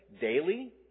daily